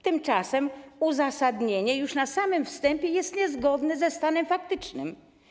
Tymczasem uzasadnienie już na samym wstępie jest niezgodne ze stanem faktycznym.